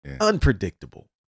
unpredictable